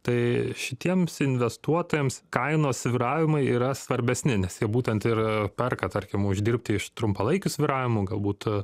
tai šitiems investuotojams kainos svyravimai yra svarbesni nes jie būtent ir perka tarkim uždirbti iš trumpalaikių svyravimų galbūt